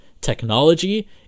technology